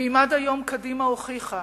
אם עד היום קדימה הוכיחה